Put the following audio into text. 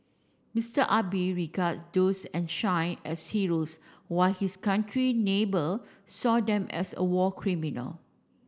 Mister Abe regards those enshrine as heroes while his country's neighbour saw them as war criminals